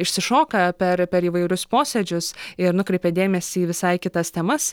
išsišoka per per įvairius posėdžius ir nukreipia dėmesį į visai kitas temas